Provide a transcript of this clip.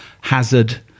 Hazard